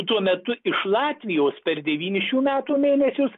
tuo metu iš latvijos per devynis šių metų mėnesius